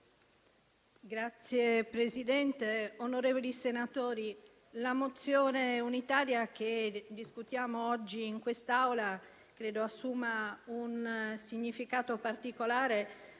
Signor Presidente, onorevoli senatori, la mozione unitaria che discutiamo oggi in quest'Aula credo assuma un significato particolare